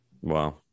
Wow